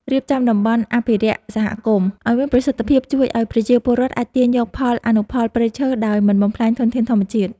រៀបចំតំបន់អភិរក្សសហគមន៍ឱ្យមានប្រសិទ្ធភាពជួយឱ្យប្រជាពលរដ្ឋអាចទាញយកផលអនុផលព្រៃឈើដោយមិនបំផ្លាញធនធានធម្មជាតិ។